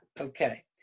okay